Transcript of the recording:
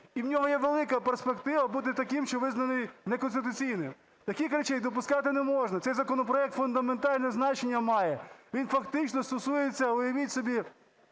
І у нього є велика перспектива бути таким, що визнаний неконституційним. Таких речей допускати не можна. Цей законопроект фундаментальне значення має. Він фактично стосується, уявіть собі,